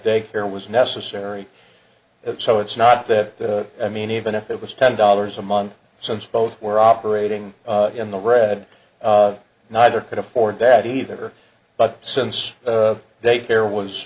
daycare was necessary so it's not that i mean even if it was ten dollars a month since both were operating in the red neither could afford that either but since they care was